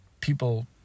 people